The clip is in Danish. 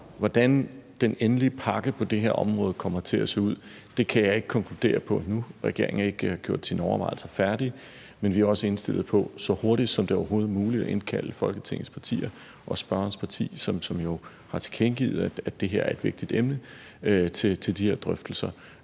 Hvordan den endelige pakke på det her område kommer til at se ud, kan jeg ikke konkludere på nu. Regeringen har ikke gjort sine overvejelser færdige, men vi er også indstillet på, så hurtigt som det overhovedet er muligt, at indkalde Folketingets partier til de her drøftelser, også spørgerens parti, som jo har tilkendegivet, at det her er et vigtigt emne. Der indgår